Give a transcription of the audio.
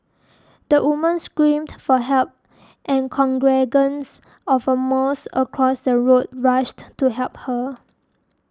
the woman screamed for help and congregants of a mosque across the road rushed to help her